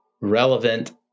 relevant